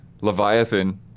Leviathan